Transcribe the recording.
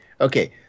Okay